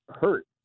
hurt